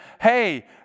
hey